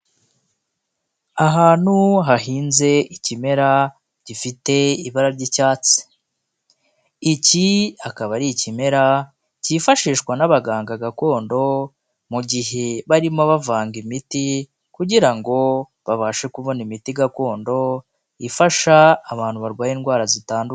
Ahantu hahinze ikimera gifite ibara ry'icyatsi iki akaba ari ikimera cyifashishwa n'abaganga gakondo mu gihe barimo bavanga imiti kugira ngo babashe kubona imiti gakondo ifasha abantu barwaye indwara zitandukanye.